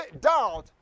doubt